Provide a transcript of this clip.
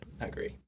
agree